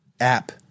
app